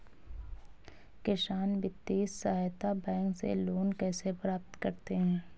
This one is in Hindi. किसान वित्तीय सहायता बैंक से लोंन कैसे प्राप्त करते हैं?